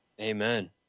Amen